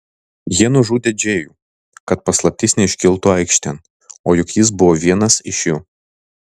jie nužudė džėjų kad paslaptis neiškiltų aikštėn o juk jis buvo vienas iš jų